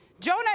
Jonah